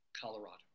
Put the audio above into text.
Colorado